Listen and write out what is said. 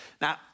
Now